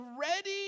ready